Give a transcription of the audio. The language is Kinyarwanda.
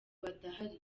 badahari